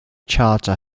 charter